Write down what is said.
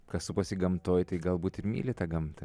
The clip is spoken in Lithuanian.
kas supasi gamtoj tai galbūt ir myli tą gamtą